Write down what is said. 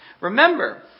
Remember